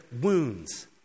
wounds